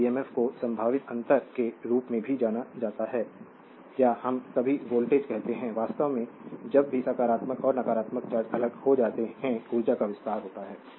इस ईएमएफ को संभावित अंतर के रूप में भी जाना जाता है या हम कभी कभी वोल्टेज कहते हैं वास्तव में जब भी सकारात्मक और नकारात्मक चार्ज अलग हो जाते हैं ऊर्जा का विस्तार होता है